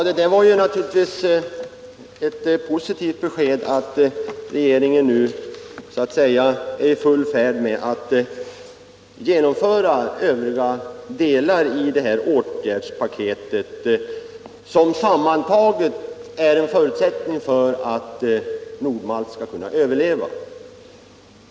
Herr talman! Det var ju ett positivt besked att regeringen nu är i färd med att genomföra övriga delar av det åtgärdspaket som sammantaget är en förutsättning för att Nord-Malt skall kunna överleva.